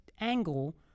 angle